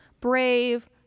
Brave